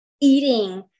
eating